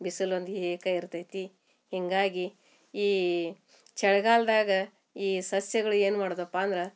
ಬಿಸಿಲು ಒಂದು ಏಕ ಇರ್ತೈತಿ ಹೀಗಾಗಿ ಈ ಚಳ್ಗಾಲ್ದಾಗ ಈ ಸಸ್ಯಗಳು ಏನು ಮಾಡುದಪ್ಪಾ ಅಂದ್ರೆ